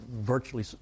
virtually